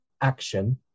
action